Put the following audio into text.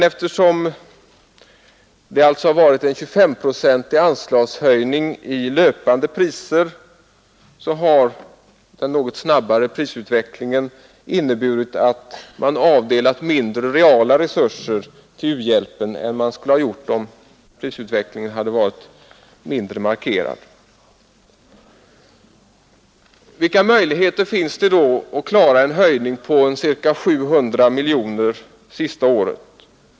Eftersom vi haft en 25-procentig anslagshöjning i löpande priser, så har den något snabbare prisutvecklingen inneburit att man avdelat mindre reala resurser till u-hjälpen än man skulle ha gjort om prisutvecklingen hade varit mindre markerad. Vilka möjligheter finns det då att klara en höjning på ca 700 miljoner sista året?